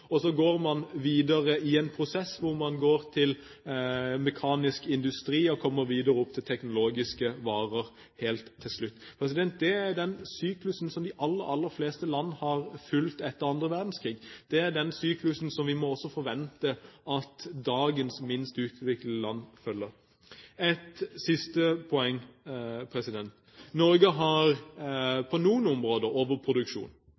Så går man videre i en prosess hvor man går til mekanisk industri, og kommer videre opp til teknologiske varer helt til slutt. Det er den syklusen som de aller fleste land har fulgt etter andre verdenskrig. Det er den syklusen vi må forvente at dagens minst utviklede land følger. Ett siste poeng: Norge har